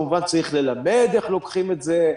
כמובן צריך ללמד איך לוקחים את זה,